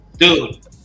Dude